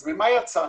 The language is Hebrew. אז ממה יצאנו?